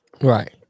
right